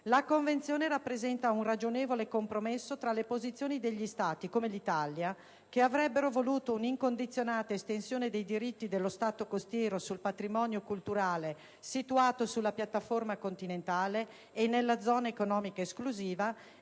La Convenzione rappresenta un ragionevole compromesso tra le posizioni degli Stati, come l'Italia, che avrebbero voluto un'incondizionata estensione dei diritti dello Stato costiero sul patrimonio culturale situato sulla piattaforma continentale e nella zona economica esclusiva,